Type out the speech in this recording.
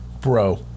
Bro